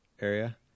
area